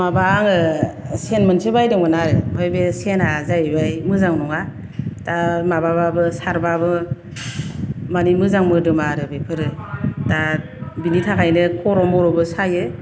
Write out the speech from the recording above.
माबा आङो सेन्ट मोनसे बायदोंमोन आरो ओमफाय बे सेन्ट आ जाहैबाय मोजां नङा दा माबाबो सारबाबो मानि मोजां मोदोमा आरो बेफोरो दा बेनि थाखायनो खर' मर'बो सायो